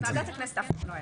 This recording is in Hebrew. בוועדת הכנסת אף פעם לא היה.